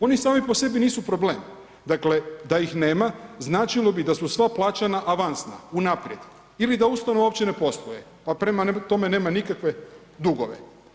Oni sami po sebi nisu problem, dakle da ih nema značilo bi da su sva plaćena avansna unaprijed ili da ustanove uopće ne postoje, pa prema tome nema nikakve dugove.